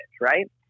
right